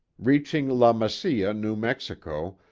reaching la mesilla, new mexico,